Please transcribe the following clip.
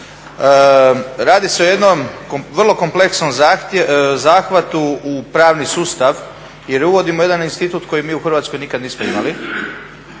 Radi se o jednom vrlo kompleksnom zahvatu u pravni sustav jer uvodimo jedan institut koji mi u Hrvatskoj nikad nismo imali.